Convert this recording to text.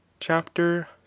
Chapter